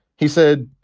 he said,